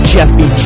Jeffy